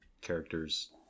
characters